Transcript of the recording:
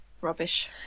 Rubbish